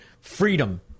freedom